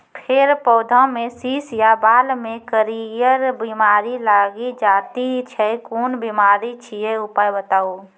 फेर पौधामें शीश या बाल मे करियर बिमारी लागि जाति छै कून बिमारी छियै, उपाय बताऊ?